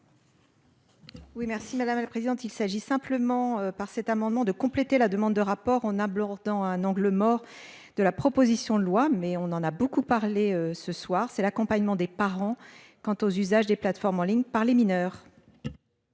Oui merci madame la présidente. Il s'agit simplement par cet amendement de compléter la demande de rapport on a hâbleur dans un angle mort de la proposition de loi, mais on en a beaucoup parlé ce soir c'est l'accompagnement des parents. Quant aux usages des plateformes en ligne par les mineurs.